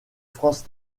france